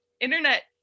internet